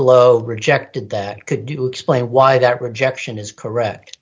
below rejected that could you explain why that projection is correct